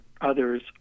others